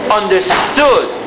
understood